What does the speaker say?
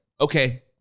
okay